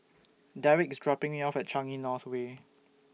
Derick IS dropping Me off At Changi North Way